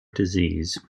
disease